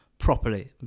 properly